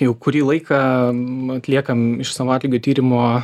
jau kurį laiką atliekam išsamų atlygių tyrimo